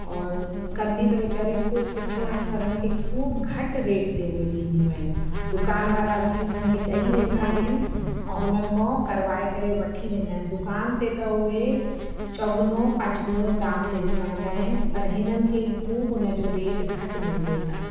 और कंदियूं त वेचारियूं ख़ूब सुठो आहिनि पर हुन खे ख़ूब घटि रेट ते उहे ॾींदियूं आहिनि दुकान वारा अची उन्हनि खे ॾई वेंदा आहिनि ऐं हुननि खां करवाए करे वठी वेंदा आहिनि दुकान ते त उहे चौगुनो पांच गुनो दाम ते विकिणंदा आहिनि पर हिननि खे ख़ूब हुन जो रेट घटि मिलंदो अथनि